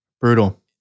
Brutal